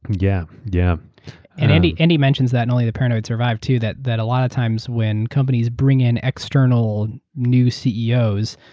yeah. yeah and andy andy mentions that in only the paranoid survive, that that a lot of times when companies bring in external new ceos,